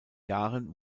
jahren